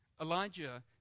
Elijah